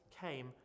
came